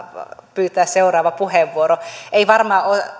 pyytää seuraava puheenvuoro ei varmaan ole